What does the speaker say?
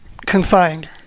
confined